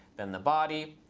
then the body,